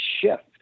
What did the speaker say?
shift